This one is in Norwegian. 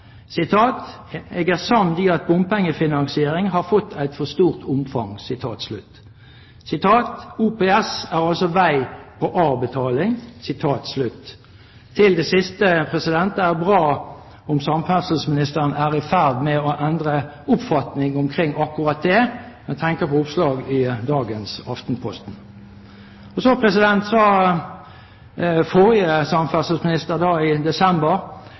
er samd i at bompengefinansiering har fått eit stort omfang.» Så: «OPS er altså veg på avbetaling.» Til det siste: Det er bra om samferdselsministeren er i ferd med å endre oppfatning omkring akkurat det. Jeg tenker på oppslaget i dagens Aftenposten. Så tilbake til forrige samferdselsminister, fra 8. desember